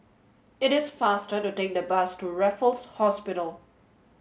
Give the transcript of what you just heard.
it is faster to take the bus to Raffles Hospital